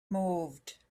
moved